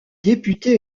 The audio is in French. député